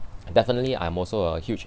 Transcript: definitely I'm also a huge